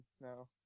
no